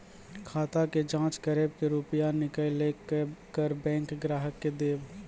खाता के जाँच करेब के रुपिया निकैलक करऽ बैंक ग्राहक के देब?